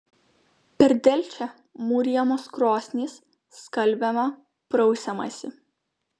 per delčią mūrijamos krosnys skalbiama prausiamasi